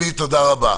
אלי, תודה רבה.